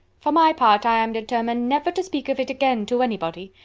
for my part, i am determined never to speak of it again to anybody.